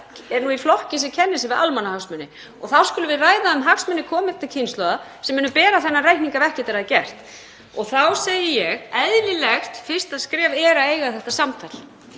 er nú í flokki sem kennir sig við almannahagsmuni. Þá skulum við ræða um hagsmuni komandi kynslóða sem munu bera þennan reikning ef ekkert er að gert. Þá segi ég: Eðlilegt fyrsta skref er að eiga þetta samtal